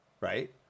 right